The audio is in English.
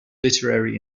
literary